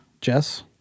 Jess